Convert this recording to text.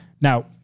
Now